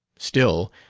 still,